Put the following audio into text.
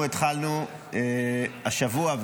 התחלנו השבוע,